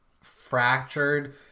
fractured